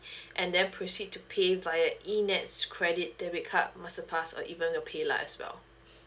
and then proceed to pay via E nets credit debit card master pass or even your PayLah as well